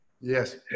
Yes